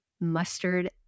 mustard